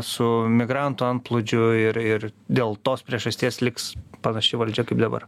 su migrantų antplūdžiu ir ir dėl tos priežasties liks panaši valdžia kaip dabar